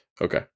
okay